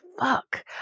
fuck